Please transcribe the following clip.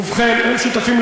יש מה לעשות.